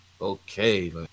okay